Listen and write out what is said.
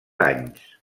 anys